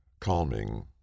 calming